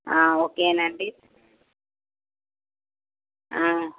ఓకేనండి